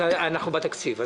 אנחנו בתקציב.